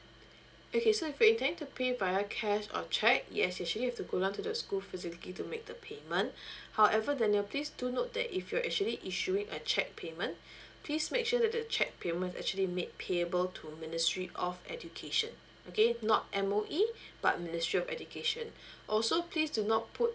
okay so if you intending to pay via cash or check yes you actually to go down to the school physically to make the payment however daniel please do note that if you're actually issuing a check payment please make sure that the check payment actually made payable to ministry of education okay not M_O_E but ministry of education also please do not put